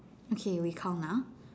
okay we count ah